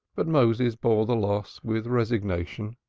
but moses bore the loss with resignation,